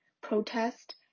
protest